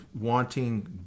wanting